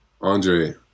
Andre